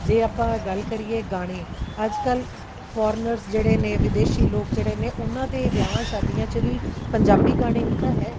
ਜੇ ਆਪਾਂ ਗੱਲ ਕਰੀਏ ਗਾਣੇ ਅੱਜ ਕੱਲ੍ਹ ਫੋਰਨਰਸ ਜਿਹੜੇ ਨੇ ਵਿਦੇਸ਼ੀ ਲੋਕ ਜਿਹੜੇ ਨੇ ਉਹਨਾਂ ਦੇ ਵਿਆਹਾਂ ਸ਼ਾਦੀਆਂ 'ਚ ਵੀ ਪੰਜਾਬੀ ਗਾਣੇ ਹੀ ਤਾਂ ਹੈ